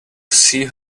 see